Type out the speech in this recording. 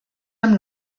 amb